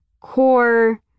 core